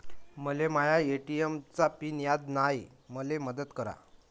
मले माया ए.टी.एम चा पिन याद नायी, मले मदत करा